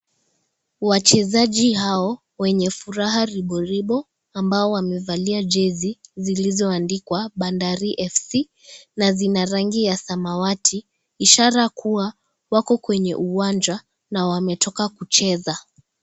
Wachezaji hao wenye furaha riboribo ambao wamevalia jezi zilizoandikwa Bandari FC. Na zina rangi ya samawati, ishara kuwa wako kwenye uwanja na wametoka kucheza.